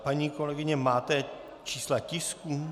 Paní kolegyně, máte čísla tisků?